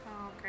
okay